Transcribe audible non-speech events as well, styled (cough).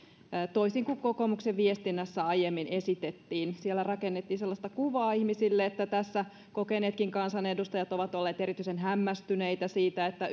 toisin kuin kokoomuksen viestinnässä aiemmin esitettiin siellä rakennettiin sellaista kuvaa ihmisille että tässä kokeneetkin kansanedustajat ovat olleet erityisen hämmästyneitä siitä että (unintelligible)